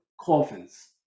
coffins